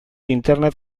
internet